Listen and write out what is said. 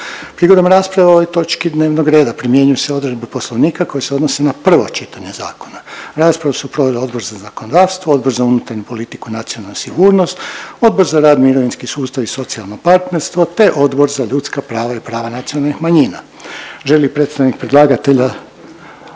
Prigodom rasprave o ovoj točki dnevnog reda primjenjuju se odredbe Poslovnika koje se odnose na prvo čitanje zakona. Raspravu su proveli Odbor za zakonodavstvo, Odbor za unutarnju politiku i nacionalnu sigurnost, Odbor za rad, mirovinski sustav i socijalno partnerstvo te Odbor za ljudska prava i prava nacionalnih manjina. Želi li predstavnik predlagatelja,